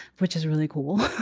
which is really cool.